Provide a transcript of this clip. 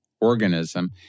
organism